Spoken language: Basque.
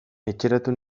etxeratu